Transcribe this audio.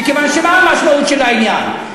מה המשמעות של העניין?